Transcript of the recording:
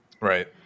Right